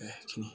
बे खिनि